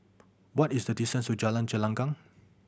what is the distance to Jalan Gelenggang